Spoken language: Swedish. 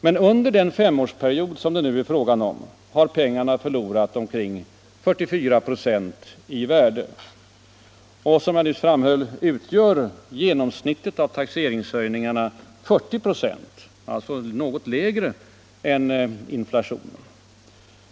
Men under den femårsperiod som det nu är fråga om har pengarna förlorat omkring 44 96 i värde, och som jag nyss framhöll utgör genomsnittet av taxeringshöjningarna 40 96, alltså något lägre än inflationen.